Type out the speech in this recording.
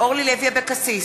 אורלי לוי אבקסיס,